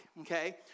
okay